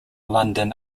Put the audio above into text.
london